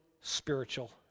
spiritual